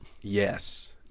Yes